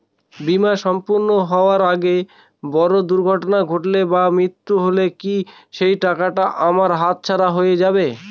বীমা সম্পূর্ণ হওয়ার আগে বড় দুর্ঘটনা ঘটলে বা মৃত্যু হলে কি সেইটাকা আমার হাতছাড়া হয়ে যাবে?